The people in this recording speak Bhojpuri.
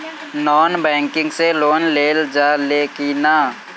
नॉन बैंकिंग से लोन लेल जा ले कि ना?